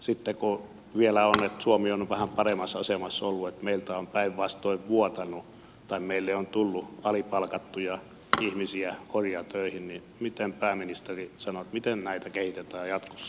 sitten kun vielä suomi on vähän paremmassa asemassa ollut että meiltä on päinvastoin vuotanut tai meille on tullut alipalkattuja ihmisiä orjatöihin niin miten pääministeri sanoo miten näitä kehitetään jatkossa